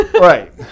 right